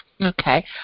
Okay